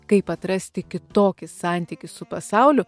kaip atrasti kitokį santykį su pasauliu